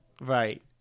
Right